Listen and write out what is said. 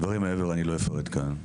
דברים מעבר אני לא אפרט כאן.